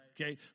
Okay